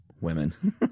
women